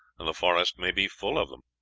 and the forest may be full of them.